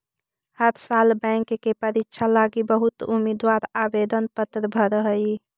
हर साल बैंक के परीक्षा लागी बहुत उम्मीदवार आवेदन पत्र भर हई